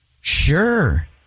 Sure